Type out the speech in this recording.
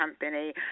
company